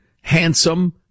handsome